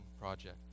project